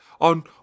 on